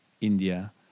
India